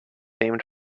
named